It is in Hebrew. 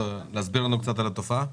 תסביר לנו קצת על התופעה.